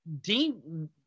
Dean